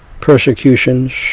persecutions